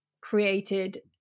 created